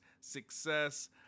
Success